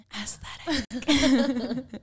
Aesthetic